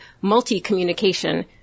multi-communication